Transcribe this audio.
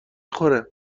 خوره